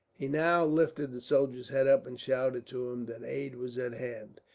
he now lifted the soldier's head up, and shouted to him that aid was at hand.